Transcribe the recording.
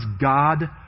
god